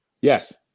Yes